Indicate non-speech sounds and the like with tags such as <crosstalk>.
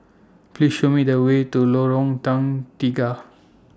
Please Show Me The Way to Lorong Tukang Tiga <noise>